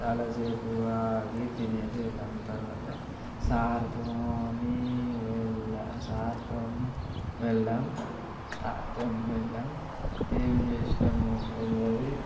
చాలాసేపు ఆగి తినేసి వెళ్ళాము తరువాత సార్తోని వెళ్ళాను సార్తోని వెళ్ళాను సార్తోని వెళ్ళాను ఏం చేస్తామో తెలియదు